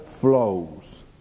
flows